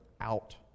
out